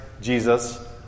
Jesus